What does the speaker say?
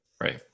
Right